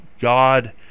God